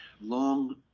long